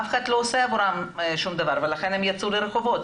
אף אחד לא עושה שום דבר ולכן הם יצאו לרחובות.